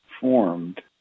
formed